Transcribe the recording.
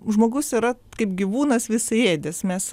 žmogus yra kaip gyvūnas visaėdis mes